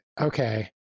okay